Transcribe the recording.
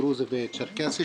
הדרוזי והצ'רקסי,